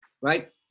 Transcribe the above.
right